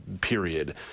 period